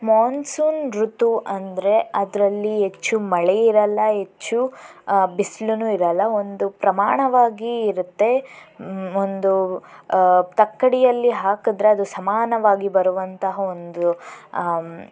monsoon ಋತು ಅಂದರೆ ಅದರಲ್ಲಿ ಹೆಚ್ಚು ಮಳೆ ಇರಲ್ಲ ಹೆಚ್ಚು ಬಿಸಿಲೂನೂ ಇರಲ್ಲ ಒಂದು ಪ್ರಮಾಣವಾಗಿ ಇರುತ್ತೆ ಒಂದು ತಕ್ಕಡಿಯಲ್ಲಿ ಹಾಕಿದರೆ ಅದು ಸಮಾನವಾಗಿ ಬರುವಂತಹ ಒಂದು